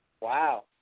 Wow